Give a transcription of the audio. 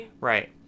right